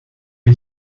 est